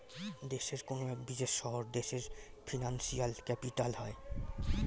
দেশের কোনো এক বিশেষ শহর দেশের ফিনান্সিয়াল ক্যাপিটাল হয়